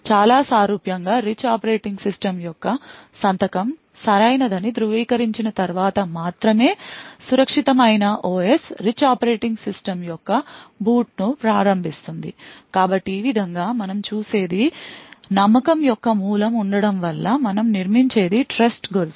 చాలా సారూప్యంగా rich operating system యొక్క సంతకం సరైనదని ధృవీకరించిన తర్వాత మాత్రమే సురక్షితమైన OS రిచ్ ఆపరేటింగ్ సిస్టమ్ యొక్క బూట్ ను ప్రారంభిస్తుంది కాబట్టి ఈ విధంగా మనం చూసే ది నమ్మకం యొక్క మూలం ఉండటం వల్ల మనం నిర్మించేది ట్రస్ట్ గొలుసు